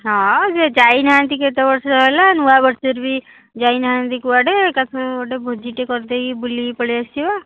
ହଁ ସିଏ ଯାଇନାହାଁନ୍ତି କେତେବର୍ଷ ହେଲା ନୂଆବର୍ଷରେ ବି ଯାଇନାହାଁନ୍ତି କୁଆଡ଼େ ଏକାସାଙ୍ଗରେ ଗୋଟେ ଭୋଜିଟେ କରିଦେଇକି ବୁଲିକି ପଳାଇ ଆସିବା